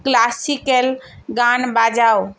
classical গান বাজাও